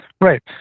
right